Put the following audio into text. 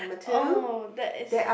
oh that is